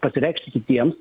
pasireikšti kitiems